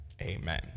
Amen